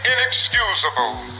inexcusable